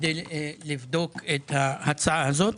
כדי לבדוק את ההצעה הזו.